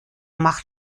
macht